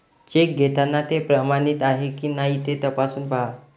check घेताना ते प्रमाणित आहे की नाही ते तपासून पाहा